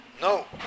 No